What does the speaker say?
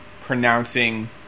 pronouncing